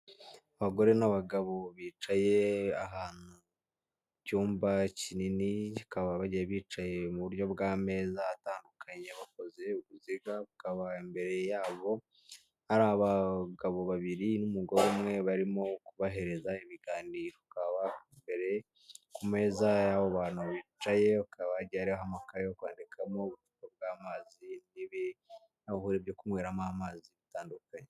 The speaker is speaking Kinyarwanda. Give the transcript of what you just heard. Abagore n'abagabo bicaye ahantu mu cyumba kinini, bakaba bagiye bicaye muburyo bw'ameza atandukanye bakoze uruziga. Bakaba imbere yabo hari abagabo babiri n'umugore umwe barimo kubahereza ibiganiro. Imbere ku meza y'abantu bicaye bakaba hagiye hariho amakaye yo kwandikamo, ubucupa bw'amazi n'ibirahure byo kunyweramo amazi bitandukanye.